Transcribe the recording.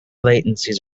latencies